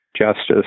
justice